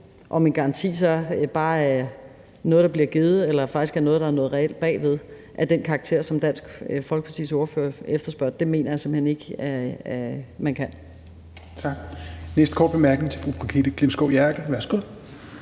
om en garanti så bare er noget, der bliver givet, eller om det faktisk er noget, der er noget reelt bagved af den karakter, som Dansk Folkepartis ordfører efterspørger, mener jeg simpelt hen ikke man kan. Kl. 13:40 Tredje næstformand (Rasmus Helveg